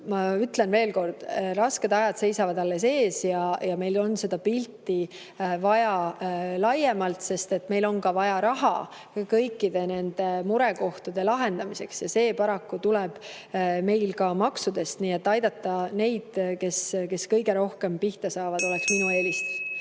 ma ütlen veel kord: rasked ajad seisavad alles ees ja meil on seda pilti vaja laiemalt [vaadata], sest meil on vaja raha kõikide nende murekohtade lahendamiseks. See paraku tuleb meil ka maksudest. Nii et aidata neid, kes kõige rohkem pihta saavad, oleks minu eelistus.